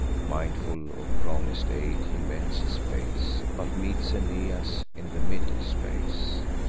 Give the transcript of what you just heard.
mindful of promis'd aid, he mends his pace, but meets aeneas in the middle space.